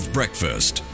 Breakfast